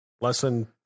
Lesson